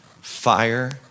fire